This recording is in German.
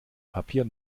papier